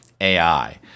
AI